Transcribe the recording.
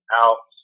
out